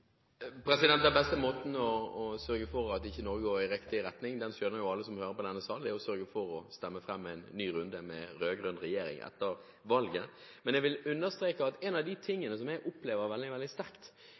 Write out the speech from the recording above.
Den beste måten å sørge for at Norge går i riktig retning på skjønner jo alle som hører på i denne sal, at er å stemme fram en ny runde med rød-grønn regjering etter valget. Jeg vil understreke at en av de